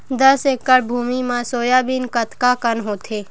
दस एकड़ भुमि म सोयाबीन कतका कन होथे?